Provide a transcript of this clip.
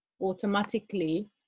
automatically